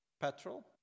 Petrol